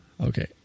Okay